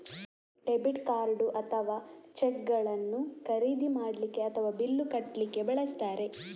debit card ಅಥವಾ ಚೆಕ್ಗಳನ್ನು ಖರೀದಿ ಮಾಡ್ಲಿಕ್ಕೆ ಅಥವಾ ಬಿಲ್ಲು ಕಟ್ಲಿಕ್ಕೆ ಬಳಸ್ತಾರೆ